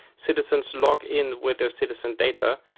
citizens log in with their citizen data,